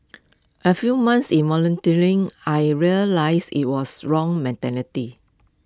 A few months in volunteering I realised IT was wrong mentality